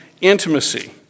intimacy